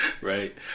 right